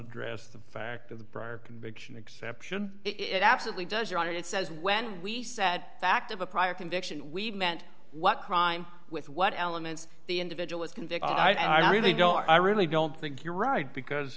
address the fact of the prior conviction exception it absolutely does you're on it it says when we said fact of a prior conviction we meant what crime with what elements the individual is convicted i really don't i really don't think you're right because